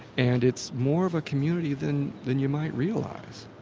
and it's more of a community than than you might realize.